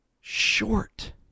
short